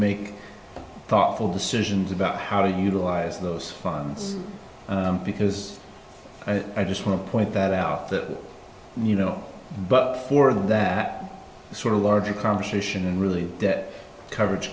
make thoughtful decisions about how to utilize those funds because i just want to point that out that you know but for that sort of larger competition and really debt coverage